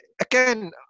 again